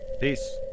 Peace